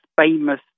famous